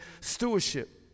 stewardship